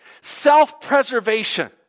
Self-preservation